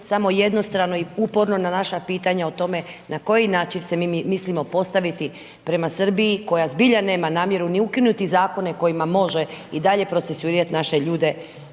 samo jednostrano i uporno na naša pitanja o tome na koji način se mi mislimo postaviti prema Srbiji koja zbilja nema namjeru ni ukinuti zakone, kojima može i dalje procesuirati naše ljude,